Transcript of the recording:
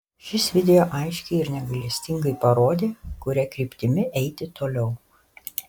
šis video aiškiai ir negailestingai parodė kuria kryptimi eiti toliau